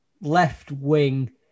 left-wing